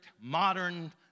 modern